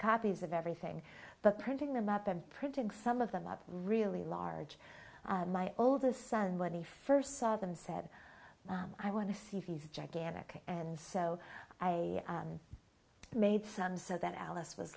copies of everything but printing them up and printing some of them up really large my oldest son when he first saw them said i want to see views gigantic and so i made some so that alice was